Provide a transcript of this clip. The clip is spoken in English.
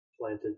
planted